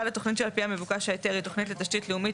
התוכנית שעל פיה מבוקש ההיתר היא תוכנית לתשתית לאומית